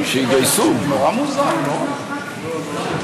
מה יש לך לענות, באמת?